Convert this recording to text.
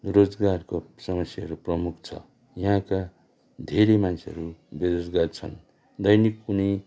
रोजगारको समस्याहरू प्रमुख छ यहाँका धेरै मान्छेहरू बेरोजगार छन् दैनिक कुनै